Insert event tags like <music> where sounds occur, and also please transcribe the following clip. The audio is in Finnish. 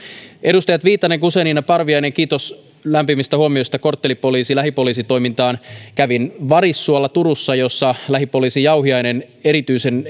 edustajat viitanen guzenina parviainen kiitos lämpimistä huomioista korttelipoliisi lähipoliisitoimintaan kävin varissuolla turussa jossa lähipoliisi jauhiainen erityisen <unintelligible>